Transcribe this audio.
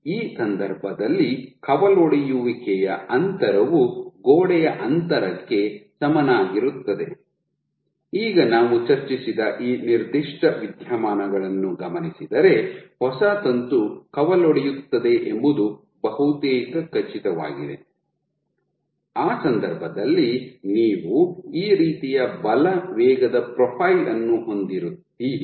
ಈ ಸಂದರ್ಭದಲ್ಲಿ ಕವಲೊಡೆಯುವಿಕೆಯ ಅಂತರವು ಗೋಡೆಯ ಅಂತರಕ್ಕೆ ಸಮನಾಗಿರುತ್ತದೆ ಈಗ ನಾವು ಚರ್ಚಿಸಿದ ಈ ನಿರ್ದಿಷ್ಟ ವಿದ್ಯಮಾನಗಳನ್ನು ಗಮನಿಸಿದರೆ ಹೊಸ ತಂತು ಕವಲೊಡೆಯುತ್ತದೆ ಎಂಬುದು ಬಹುತೇಕ ಖಚಿತವಾಗಿದೆ ಆ ಸಂದರ್ಭದಲ್ಲಿ ನೀವು ಈ ರೀತಿಯ ಬಲ ವೇಗದ ಪ್ರೊಫೈಲ್ ಅನ್ನು ಹೊಂದಿರುತ್ತೀರಿ